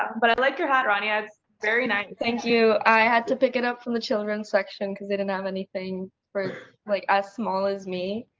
but i like your hat rania! it's very nice! thank you! i had to pick it up from the children's section because they didn't have anything for someone like as small as me.